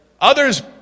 Others